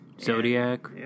Zodiac